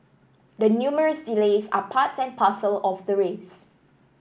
the numerous delays are part and parcel of the race